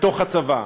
בתוך הצבא,